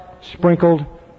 sprinkled